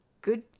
good